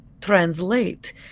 translate